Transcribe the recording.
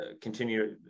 continue